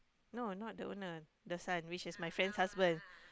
no not the owner the son which is my friend's husband